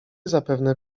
zapewne